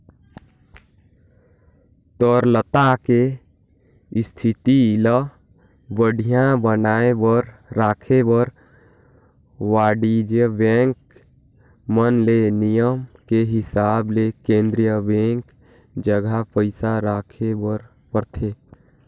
तरलता के इस्थिति ल बड़िहा बनाये बर राखे बर वाणिज्य बेंक मन ले नियम के हिसाब ले केन्द्रीय बेंक जघा पइसा राखे बर परथे